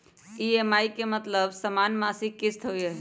EMI के मतलब समान मासिक किस्त होहई?